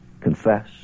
confess